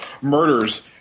murders